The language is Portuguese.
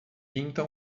pinta